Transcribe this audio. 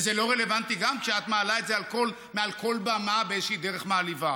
וזה לא רלוונטי גם כשאת מעלה את זה מעל כל במה באיזושהי דרך מעליבה.